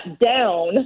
down